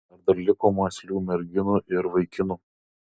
ar dar liko mąslių merginų ir vaikinų